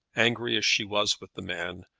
angry as she was with the man,